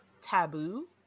taboo